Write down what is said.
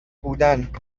بودن